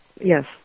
Yes